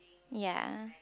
ya